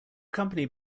company